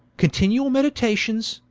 continuall meditations,